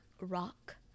rock